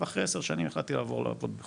ואחרי עשר שנים החלטתי לעבור לעבוד בחו"ל.